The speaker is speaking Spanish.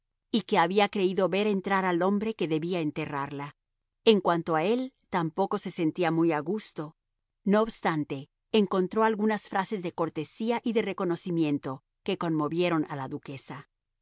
y que había creído ver entrar al hombre que debía enterrarla en cuanto a él tampoco se sentía muy a gusto no obstante encontró algunas frases de cortesía y de reconocimiento que conmovieron a la duquesa